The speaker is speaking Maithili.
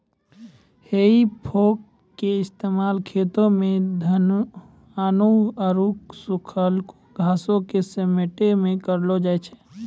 हेइ फोक के इस्तेमाल खेतो मे अनेरुआ आरु सुखलका घासो के समेटै मे करलो जाय छै